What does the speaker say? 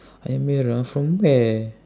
ayam merah from where